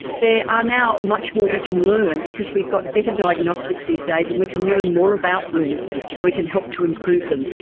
ah now much more we can learn because we've got better diagnostics these days and we can learn more about wounds, so we can help to improve them.